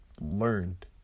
learned